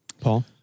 Paul